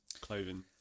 clothing